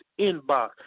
inbox